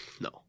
No